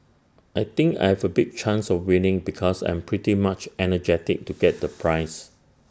I think I have A big chance of winning because I'm pretty much energetic to get the prize